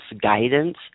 guidance